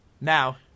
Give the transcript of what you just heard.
Now